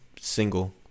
single